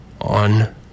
on